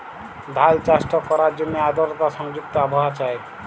ধাল চাষট ক্যরার জ্যনহে আদরতা সংযুক্ত আবহাওয়া চাই